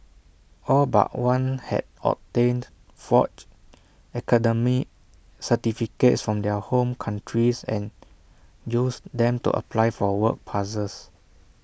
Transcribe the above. all but one had obtained forged academic certificates from their home countries and used them to apply for work passes